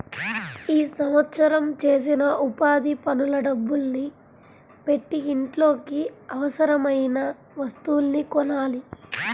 ఈ సంవత్సరం చేసిన ఉపాధి పనుల డబ్బుల్ని పెట్టి ఇంట్లోకి అవసరమయిన వస్తువుల్ని కొనాలి